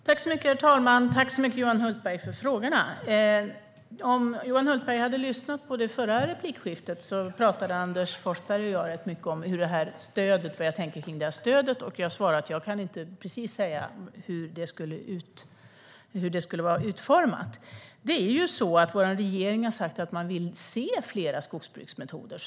Herr talman! Tack, Johan Hultberg, för frågorna! Om Johan Hultberg hade lyssnat på det förra replikskiftet hade han hört att Anders Forsberg och jag pratade mycket om hur jag tänker i fråga om stödet. Jag svarade att jag inte precis kan säga hur det ska vara utformat. Vår regering har sagt att man vill se fler skogsbruksmetoder.